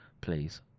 please